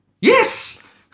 Yes